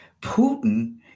Putin